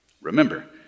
Remember